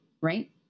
Right